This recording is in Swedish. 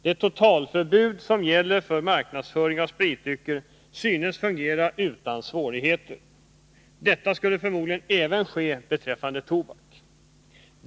Det totalförbud som gäller för marknadsföring av spritdrycker synes fungera utan svårigheter. Detta skulle förmodligen även ske beträffande tobak.